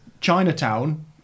Chinatown